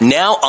now